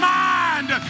mind